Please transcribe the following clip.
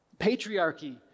Patriarchy